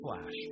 flash